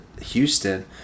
Houston